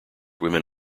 women